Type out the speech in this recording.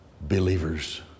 believers